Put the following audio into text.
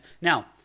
Now